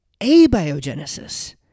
abiogenesis